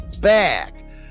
back